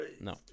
No